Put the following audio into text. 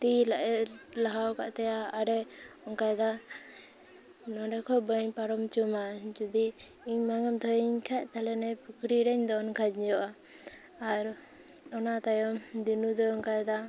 ᱛᱤ ᱞᱟᱦᱟ ᱟᱠᱟᱫ ᱛᱟᱭᱟ ᱟᱨᱮ ᱚᱱᱠᱟᱭᱮᱫᱟ ᱱᱚᱸᱰᱮ ᱠᱷᱚᱡ ᱵᱟᱹᱧ ᱯᱟᱨᱚᱢ ᱚᱪᱟᱢᱟ ᱡᱩᱫᱤ ᱤᱧ ᱵᱟᱝ ᱮᱢ ᱫᱚᱦᱚᱭᱤᱧ ᱠᱷᱟᱡ ᱛᱟᱦᱚᱞᱮ ᱱᱤᱭᱟᱹ ᱯᱩᱠᱷᱨᱤ ᱨᱮᱧ ᱫᱚᱱ ᱠᱷᱟᱡᱚᱜᱼᱟ ᱟᱨ ᱚᱱᱟ ᱛᱟᱭᱚᱢ ᱫᱤᱱᱩ ᱫᱚᱭ ᱚᱱᱠᱟᱭᱮᱫᱟ